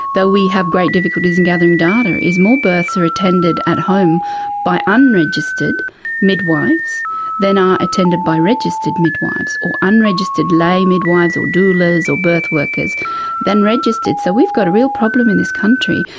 though we have great difficulties in gathering data, is more births are attended at home by unregistered midwives than are attended by registered midwives or unregistered lay midwives or doulas or birth workers than registered. so we've got a real problem in this country,